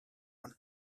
one